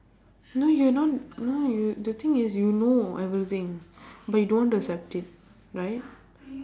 no you're not no you the thing is you know everything but you don't accept it right